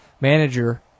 manager